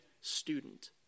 student